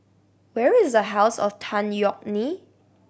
where is a House of Tan Yeok Nee